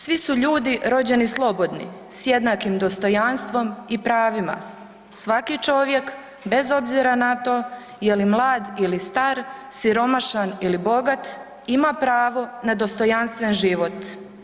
Svi su ljudi rođeni slobodni s jednakim dostojanstvom i pravima, svaki čovjek bez obzira na to je li mlad ili star, siromašan ili bogat ima pravo na dostojanstven život.